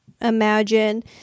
imagine